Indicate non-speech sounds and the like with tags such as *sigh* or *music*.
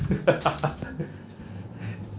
*laughs*